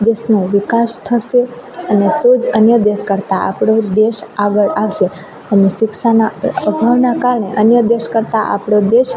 દેશનો વિકાસ થશે અને તો જ અન્ય દેશ કરતાં આપણો દેશ આગળ આવશે અને શિક્ષાના અભાવનાં કારણે અન્ય દેશ કરતાં આપણો દેશ